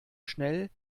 schnell